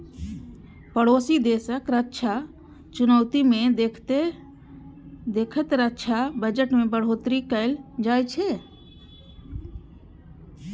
पड़ोसी देशक रक्षा चुनौती कें देखैत रक्षा बजट मे बढ़ोतरी कैल जाइ छै